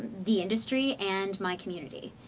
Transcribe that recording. the industry, and my community.